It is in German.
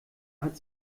hat